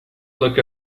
look